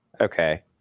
Okay